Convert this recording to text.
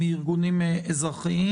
מארגונים אזרחיים.